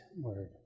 word